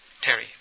Terry